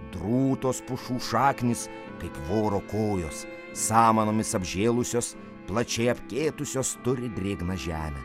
drūtos pušų šaknys kaip voro kojos samanomis apžėlusios plačiai apkėtusios turi drėgną žemę